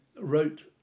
wrote